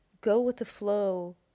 go-with-the-flow